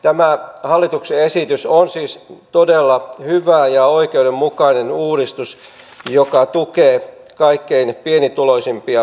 tämä hallituksen esitys on siis todella hyvä ja oikeudenmukainen uudistus joka tukee kaikkein pienituloisimpia suomalaisia